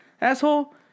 Asshole